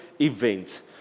event